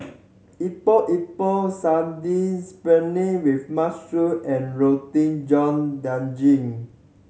Epok Epok Sardin spinach with mushroom and Roti John Daging